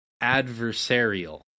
adversarial